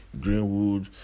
Greenwood